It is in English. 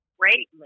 greatly